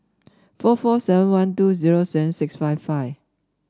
four four seven one two zero seven six five five